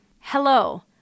Hello